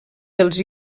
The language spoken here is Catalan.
dels